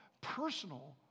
personal